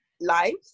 lives